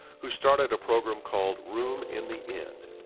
who started a program called room in the inn.